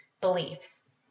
beliefs